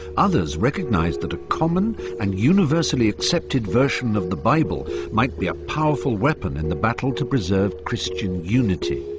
others recognised that a common and universally accepted version of the bible might be a powerful weapon in the battle to preserve christian unity.